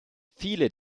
viele